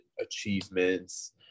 achievements